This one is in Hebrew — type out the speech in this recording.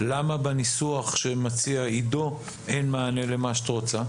למה בניסוח שמציע עידו אין מענה למה שאת רוצה?